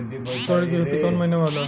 तोड़ी के खेती कउन महीना में होला?